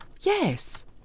Yes